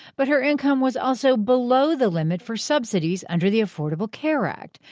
but her income was also below the limit for subsidies under the affordable care act.